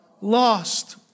lost